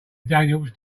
daniels